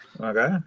Okay